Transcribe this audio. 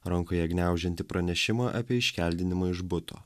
rankoje gniaužianti pranešimą apie iškeldinimą iš buto